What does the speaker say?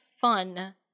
fun